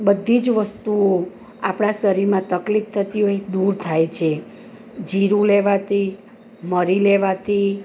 બધી જ વસ્તુઓ આપણાં શરીરમાં તકલીફ થતી હોય દૂર થાય છે જીરું લેવાથી મરી લેવાથી